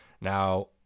Now